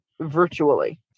virtually